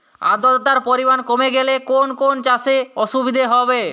আদ্রতার পরিমাণ কমে গেলে কোন কোন চাষে অসুবিধে হবে?